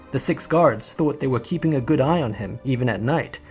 the six guards thought they were keeping a good eye on him even at night.